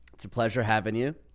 it's a pleasure having you.